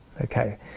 Okay